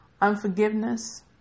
unforgiveness